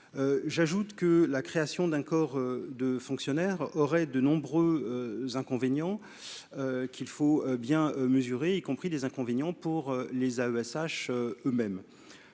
j'ajoute que la création d'un corps de fonctionnaires auraient de nombreux inconvénients qu'il faut bien mesurer, y compris des inconvénients pour les AESH eux-mêmes,